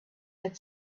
had